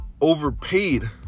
overpaid